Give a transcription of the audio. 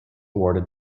awarded